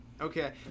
Okay